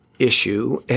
Issue